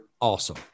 Awesome